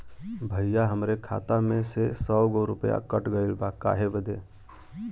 भईया हमरे खाता में से सौ गो रूपया कट गईल बा काहे बदे?